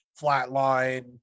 Flatline